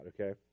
okay